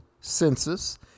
census